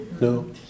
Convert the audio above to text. No